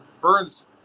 Burns